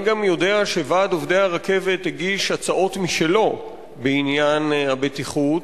אני גם יודע שוועד עובדי הרכבת הגיש הצעות משלו בעניין הבטיחות,